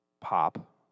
pop